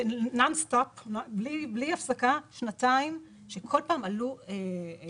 שנתיים נון-סטופ שכל פעם עלו צרכים מהשטח.